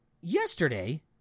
yesterday